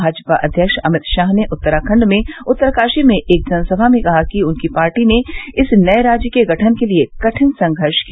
भाजपा अध्यक्ष अमित शाह ने उत्तराखंड में उत्तरकाशी में एक जनसभा कहा कि उनकी पार्टी ने इस नये राज्य के गठन के लिए कठिन संघर्ष किया